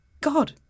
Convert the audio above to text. God